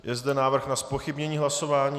Je zde návrh na zpochybnění hlasování.